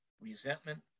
resentment